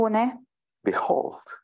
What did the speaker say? Behold